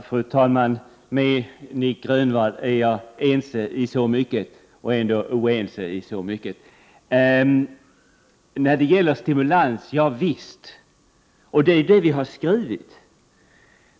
Fru talman! Jag är ense i så mycket med Nic Grönvall, och ändå är jag oense i så mycket. Ja visst skall det vara stimulans.